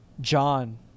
John